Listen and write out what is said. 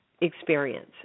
experience